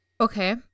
Okay